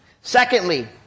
Secondly